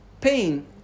pain